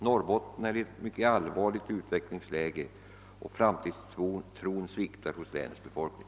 Norrbotten befinner sig i ett mycket allvarligt utvecklingsläge, och framtidstron sviktar hos länets befolkning.